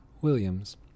williams